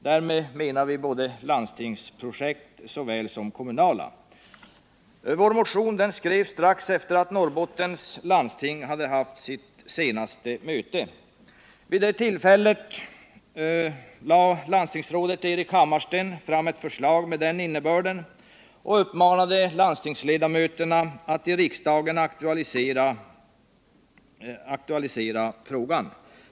Därmed menar vi både landstingsprojekt och kommunala projekt. Vår motion skrevs strax efter det att Norrbottens landsting hållit sitt senaste möte. Vid det tillfället lade landstingsrådet Erik Hammarsten fram ett förslag med den innebörden och uppmanade landstingsledamöterna i riksdagen att aktualisera frågan i denna församling.